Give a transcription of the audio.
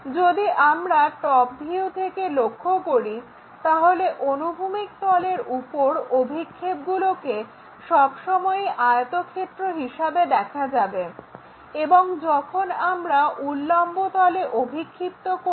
যদি আমরা top view থেকে লক্ষ্য করি তাহলে অনুভূমিক তলের উপর অভিক্ষেপগুলোকে সবসময়ই আয়তক্ষেত্র হিসেবে দেখা যাবে এবং যখন আমরা উল্লম্ব তলে অভিক্ষিপ্ত করছি